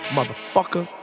Motherfucker